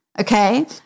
Okay